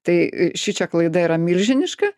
tai šičia klaida yra milžiniška